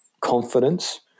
confidence